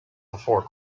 before